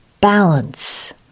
balance